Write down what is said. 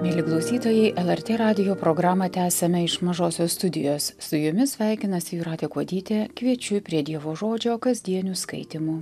mieli klausytojai lrt radijo programą tęsiame iš mažosios studijos su jumis sveikinasi jūratė kuodytė kviečiu prie dievo žodžio kasdienių skaitymų